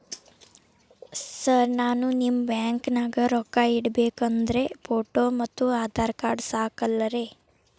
Sir ನಾನು ನಿಮ್ಮ ಬ್ಯಾಂಕನಾಗ ರೊಕ್ಕ ಇಡಬೇಕು ಅಂದ್ರೇ ಫೋಟೋ ಮತ್ತು ಆಧಾರ್ ಕಾರ್ಡ್ ಸಾಕ ಅಲ್ಲರೇ?